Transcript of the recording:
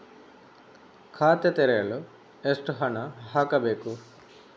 ಖಾತೆ ತೆರೆಯಲು ಎಷ್ಟು ಹಣ ಹಾಕಬೇಕು?